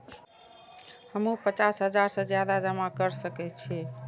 हमू पचास हजार से ज्यादा जमा कर सके छी?